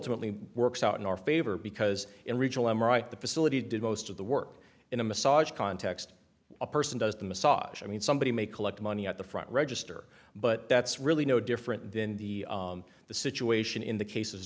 only works out in our favor because in regional m r i the facility did most of the work in a massage context a purse does the massage i mean somebody may collect money at the front register but that's really no different than the the situation in the cases